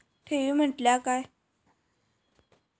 ठेवी म्हटल्या काय?